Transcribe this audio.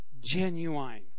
genuine